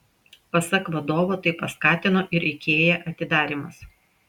pasak vadovo tai paskatino ir ikea atidarymas